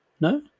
No